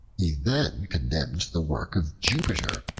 he then condemned the work of jupiter,